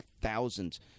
thousands